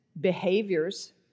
behaviors